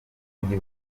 kujya